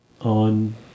on